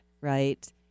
right